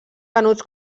venuts